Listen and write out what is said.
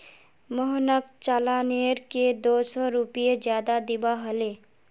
मोहनक चालानेर के दो सौ रुपए ज्यादा दिबा हले